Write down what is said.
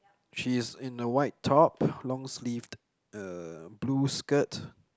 she's in a white top long sleeved uh blue skirt